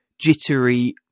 jittery